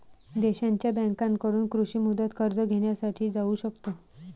देशांच्या बँकांकडून कृषी मुदत कर्ज घेण्यासाठी जाऊ शकतो